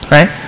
Right